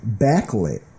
backlit